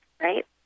right